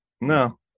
No